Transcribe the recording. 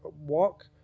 walk